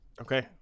Okay